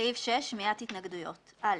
סעיף 6, שמיעת התנגדויות: (א)